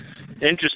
Interesting